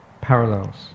parallels